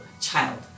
child